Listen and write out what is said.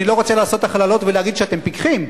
אני לא רוצה לעשות הכללות ולהגיד שאתם פיקחים,